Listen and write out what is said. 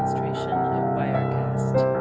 trees wirecast